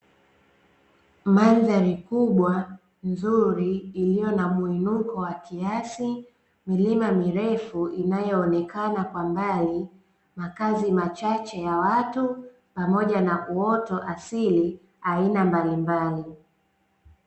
Mandhari kubwa, nzuri, iliyo na mwinuko wa kiasi, milima mirefu inayoonekana kwa mbali, makazi machache ya watu pamoja na uoto asili aina mbalimbali.